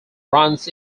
runs